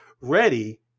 ready